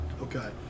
Okay